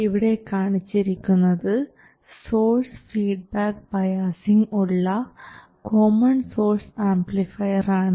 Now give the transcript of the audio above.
ഇവിടെ കാണിച്ചിരിക്കുന്നത് source feedback biasing ഉള്ള കോമൺ സോഴ്സ് ആംപ്ലിഫയർ ആണ്